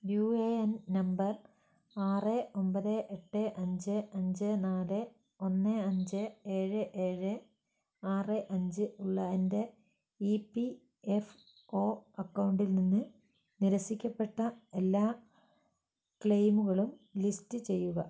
U A N number ആറ് ഒൻപത് എട്ട് അഞ്ച് അഞ്ച് നാല് ഒന്ന് അഞ്ച് ഏഴ് ഏഴ് ആറ് അഞ്ച് ഉള്ള എൻ്റെ ഇ പി എഫ് ഒ അക്കൗണ്ടിൽ നിന്ന് നിരസിക്കപ്പെട്ട എല്ലാ ക്ലെയിമുകളും ലിസ്റ്റ് ചെയ്യുക